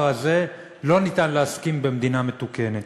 הזה לא ניתן להסכים במדינה מתוקנת.